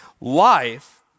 Life